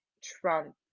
Trump